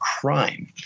crime